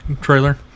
trailer